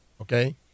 Okay